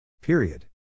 Period